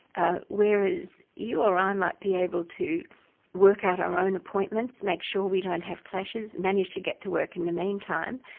ah whereas you or i might be able to work out our own appointments, make sure we don't have clashes, manage to get to work in the meantime,